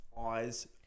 Eyes